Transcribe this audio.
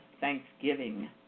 Thanksgiving